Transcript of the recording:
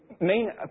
main